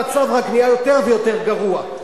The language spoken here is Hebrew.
המצב רק נהיה יותר ויותר גרוע,